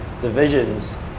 divisions